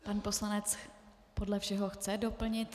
Pan poslanec podle všeho chce doplnit.